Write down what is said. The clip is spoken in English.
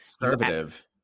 conservative